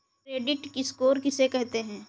Credit score किसे कहते हैं?